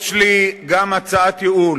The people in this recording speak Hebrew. יש לי גם הצעת ייעול.